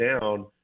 down